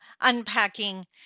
unpacking